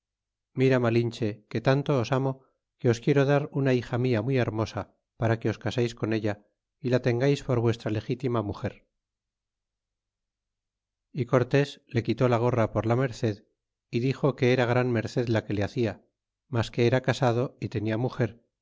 mira malinche que tanto os amo que os quiero dar una hija rnia muy hermosa para que os caseis con ella y la tengais por vuestra legitima muger y cortés le quitó la gorra por la merced y di g o que era gran merced la que le hacia mas que era casado y tenia muger